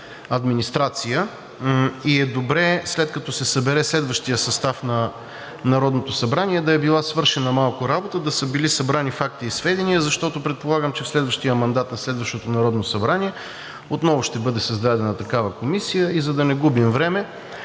администрацията, и е добре, след като се събере следващият състав на Народното събрание, да е била свършена малко работа, да са били събрани факти и сведения, защото предполагам, че в следващия мандат на следващото Народно събрание отново ще бъде създадена такава комисия и за да не губим време,